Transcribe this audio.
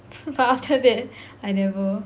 but after that I never